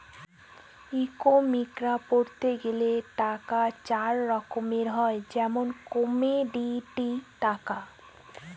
economics পড়তে গেলে টাকা চার রকম হয় যেমন কমোডিটি টাকা